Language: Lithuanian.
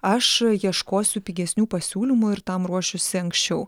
aš ieškosiu pigesnių pasiūlymų ir tam ruošiuosi anksčiau